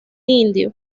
indio